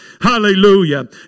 Hallelujah